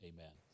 Amen